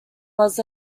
was